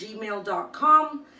gmail.com